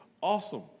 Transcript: awesome